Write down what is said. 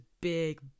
big